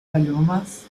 palomas